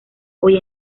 hoy